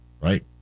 right